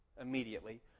immediately